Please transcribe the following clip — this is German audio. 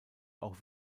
auch